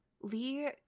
lee